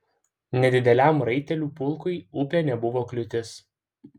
nedideliam raitelių pulkui upė nebuvo kliūtis